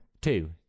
two